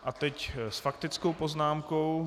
A teď s faktickou poznámkou.